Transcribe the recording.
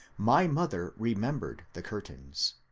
my mother remembered the curtains.